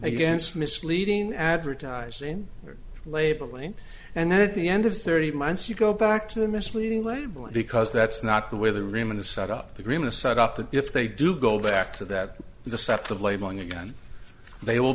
against misleading advertising labeling and then at the end of thirty months you go back to the misleading labeling because that's not the way the rim of the set up the green a set up that if they do go back to that the step of labeling again they will